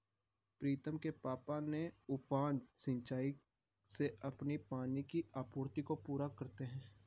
प्रीतम के पापा ने उफान सिंचाई से अपनी पानी की आपूर्ति को पूरा करते हैं